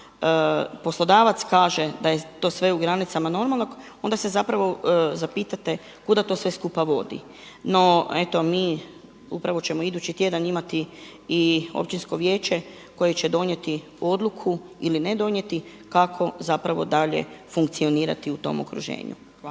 poslodavac kaže da je to sve u granicama normalnog, onda se zapravo zapitate kuda to sve skupa vodi. No, eto mi upravo ćemo idući tjedan imati i Općinsko vijeće koje će donijeti odluku ili ne donijeti kako zapravo dalje funkcionirati u tom okruženju. Hvala.